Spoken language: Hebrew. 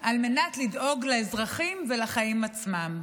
על מנת לדאוג לאזרחים ולחיים עצמם.